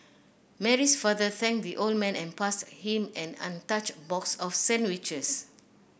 Mary's father thanked the old man and passed him an untouched box of sandwiches